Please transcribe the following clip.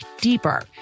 deeper